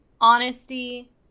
honesty